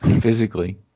physically